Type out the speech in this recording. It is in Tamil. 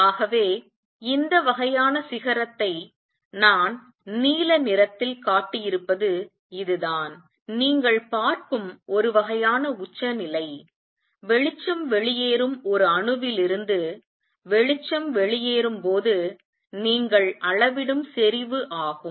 ஆகவே இந்த வகையான சிகரத்தை நான் நீல நிறத்தில் காட்டியிருப்பது இதுதான் நீங்கள் பார்க்கும் ஒரு வகையான உச்சநிலை வெளிச்சம் வெளியேறும் ஒரு அணுவிலிருந்து வெளிச்சம் வெளியேறும் போது நீங்கள் அளவிடும் செறிவு ஆகும்